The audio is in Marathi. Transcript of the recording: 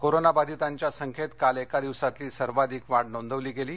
कोरोना बाधितांच्या संख्येत काल एका दिवसातली सर्वाधिक वाढ नोंदवली गेली